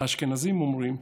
האשכנזים אומרים: